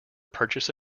purchase